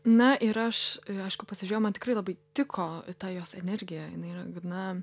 na ir aš aišku pasižiūrėjau man tikrai labai tiko ta jos energija jinai yra gana